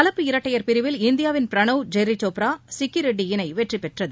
கலப்பு இரட்டையர் பிரிவில் இந்தியாவின் பிரணவ் ஜெரிசோப்ரா சிக்கி ரெட்டி இணை வெற்றிபெற்றது